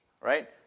right